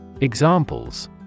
Examples